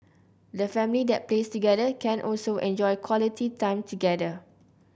the family that plays together can also enjoy quality time together